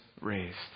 raised